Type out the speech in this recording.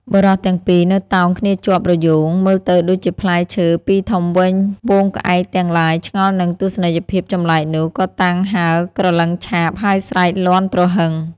បុរសទាំងពីរនៅតោងគ្នាជាប់រយោង មើលទៅដូចជាផ្លែឈើពីរធំវែង។ ហ្វូងក្អែកទាំង ឡាយឆ្ងល់នឹងទស្សនីយភាពចម្លែកនោះ ក៏តាំងហើរក្រឡឹងឆាប ហើយស្រែកលាន់ទ្រហឹង។